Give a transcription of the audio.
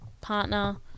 partner